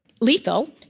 lethal